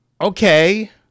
Okay